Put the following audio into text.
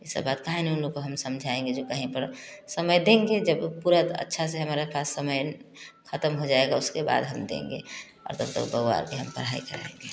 ये सब बात हम काहे नहीं उन लोगों को हम समझाएँगे जो कहीं पर समय देंगे जब पूरा अच्छा से हमारे पास समय खत्म हो जाएगा उसके बाद हम देंगे तब तक हम बबुआ का पढ़ाई कराएँगे